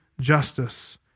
justice